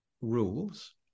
rules